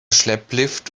schlepplift